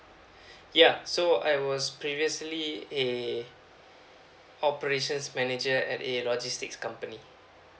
ya so I was previously a operations manager at a logistics company